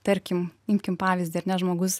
tarkim imkim pavyzdį ar ne žmogus